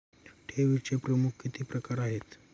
ठेवीचे प्रमुख किती प्रकार आहेत?